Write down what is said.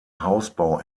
hausbau